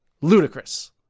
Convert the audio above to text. ludicrous